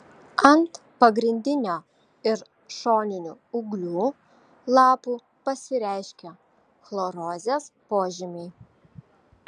ant pagrindinio ir šoninių ūglių lapų pasireiškia chlorozės požymiai